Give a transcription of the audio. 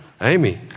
Amy